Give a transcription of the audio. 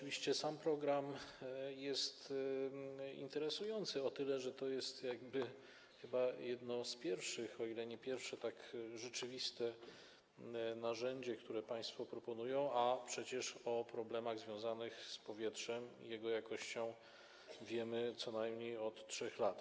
Oczywiście sam program jest interesujący o tyle, że to jest chyba jedno z pierwszych, o ile nie pierwsze, rzeczywistych narzędzi, które państwo proponują, a przecież o problemach związanych z powietrzem i jego jakością wiemy co najmniej od 3 lat.